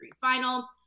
final